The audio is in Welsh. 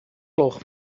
gloch